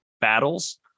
Battles